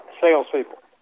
salespeople